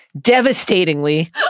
Devastatingly